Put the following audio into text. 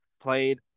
played